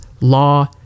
law